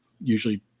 usually